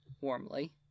Warmly